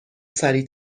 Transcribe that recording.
سریع